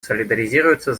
солидаризируется